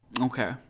Okay